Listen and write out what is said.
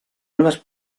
nuevas